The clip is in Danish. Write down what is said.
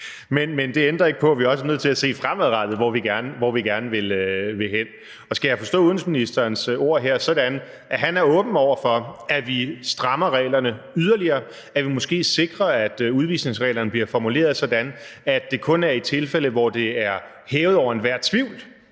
men det ændrer ikke på, at vi også er nødt til at se på, hvor vi gerne vil hen fremadrettet. Skal jeg forstå justitsministerens ord her sådan, at han er åben over for, at vi strammer reglerne yderligere, og at vi måske sikrer, at udvisningsreglerne bliver formuleret sådan, at det kun er i tilfælde, hvor det er hævet over enhver tvivl,